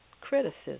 criticism